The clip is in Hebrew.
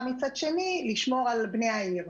מרוויחה, מצד שני, את שמירת בני העיר.